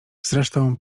zresztą